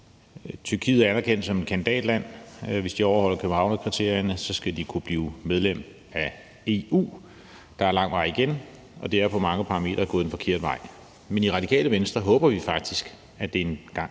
Tyrkiet er anerkendt som kandidatland. Hvis de overholder Københavnskriterierne, skal de kunne blive medlem af EU. Der er lang vej igen, og det er på mange parametre gået den forkerte vej. Men i Radikale Venstre håber vi faktisk, at det engang